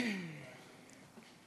תודה